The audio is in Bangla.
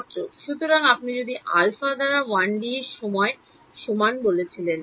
ছাত্র সুতরাং আপনি যদি আলফা দ্বারা 1D এবং সময় সমান বলেছিলেন